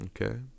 Okay